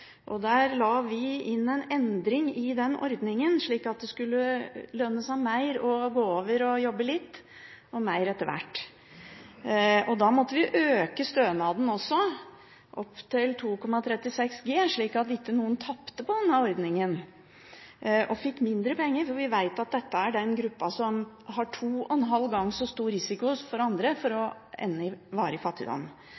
år. Der la vi inn en endring i den ordningen, slik at det skulle lønne seg mer å gå over og jobbe litt – og mer etter hvert. Da måtte vi også øke stønaden opp til 2,36 G, slik at ikke noen tapte på denne ordningen og fikk mindre penger. For vi vet at dette er den gruppen som har to og en halv ganger så stor risiko som andre for å